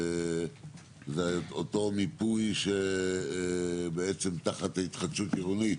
זה אותו מיפוי שבעצם תחת התחדשות עירונית